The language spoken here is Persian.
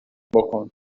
بکن